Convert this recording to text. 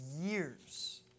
years